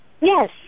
Yes